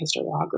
historiography